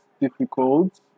Difficult